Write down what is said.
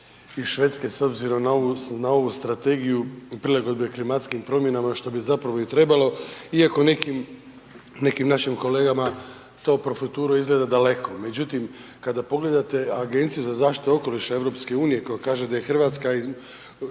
iz Švedske s obzirom na ovu strategiju prilagodbe klimatskim promjenama što bi zapravo i trebalo iako nekim našim kolegama to profuturo izgleda daleko. Međutim, kada pogledate Agenciju za zaštitu okoliša EU koja kaže da je Hrvatska u tri